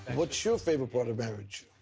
what's your favorite part of marriage?